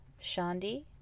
Shandi